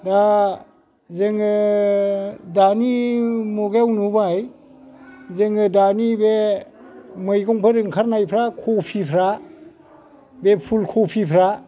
दा जोङो दानि मुगायाव नुबाय जोङो दानि बे मैगंफोर ओंखारनायफ्रा खफिफ्रा बे फुल खफिफ्रा